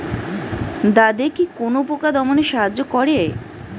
দাদেকি কোন পোকা দমনে সাহায্য করে?